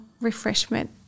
refreshment